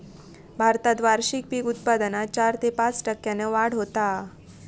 भारतात वार्षिक पीक उत्पादनात चार ते पाच टक्क्यांन वाढ होता हा